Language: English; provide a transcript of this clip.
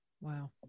Wow